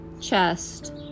chest